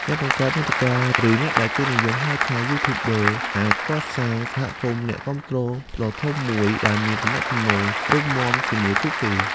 អ្នកបង្កើតមាតិកា ឬដែលគេនិយមហៅថា YouTubers អាចកសាង សហគមន៍អ្នកគាំទ្រដ៏ធំមួយ ដែលមានទំនាក់ទំនងរឹងមាំជាមួយពួកគេ។